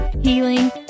healing